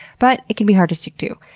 but it can be hard to stick to.